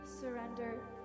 surrender